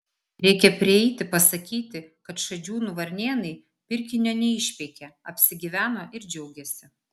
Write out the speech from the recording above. reikia prieiti pasakyti kad šadžiūnų varnėnai pirkinio neišpeikė apsigyveno ir džiaugiasi